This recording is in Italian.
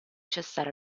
cessare